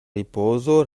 ripozo